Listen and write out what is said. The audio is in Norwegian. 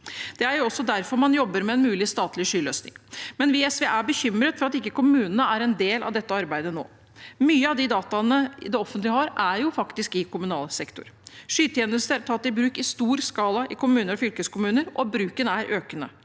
Det er også derfor man jobber med en mulig statlig skyløsning. Vi i SV er bekymret for at ikke kommunene er en del av dette arbeidet nå. Mye av de dataene det offentlige har, er faktisk i kommunal sektor. Skytjeneste er tatt i bruk i stor skala i kommuner og fylkeskommuner, og bruken er økende.